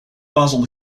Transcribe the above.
basil